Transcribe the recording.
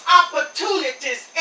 opportunities